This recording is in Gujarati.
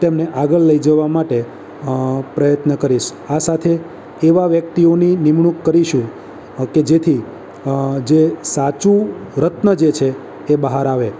તેમને આગળ લઈ જવા માટે પ્રયત્ન કરીશ આ સાથે એવા વ્યક્તિઓની નિમણૂક કરીશું કે જેથી જે સાચું રત્ન જે છે એ બહાર આવે